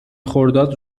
خرداد